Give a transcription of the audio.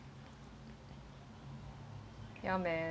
ya man